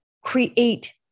create